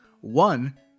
One